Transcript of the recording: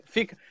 Fica